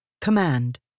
Command